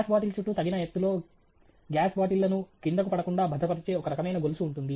gas bottle చుట్టూ తగిన ఎత్తులో గ్యాస్ బాటిళ్లను కిందకు పడకుండా భద్రపరిచే ఒక రకమైన గొలుసు ఉంటుంది